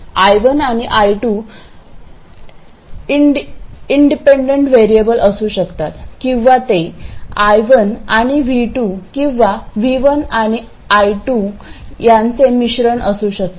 I1 आणि I2 independent variable असू शकतात किंवा ते I1 आणि V2 किंवा V1 आणि I2 यांचे मिश्रण असू शकते